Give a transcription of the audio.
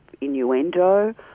innuendo